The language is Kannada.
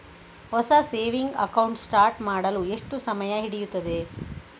ಹೊಸ ಸೇವಿಂಗ್ ಅಕೌಂಟ್ ಸ್ಟಾರ್ಟ್ ಮಾಡಲು ಎಷ್ಟು ಸಮಯ ಹಿಡಿಯುತ್ತದೆ?